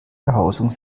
behausung